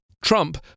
Trump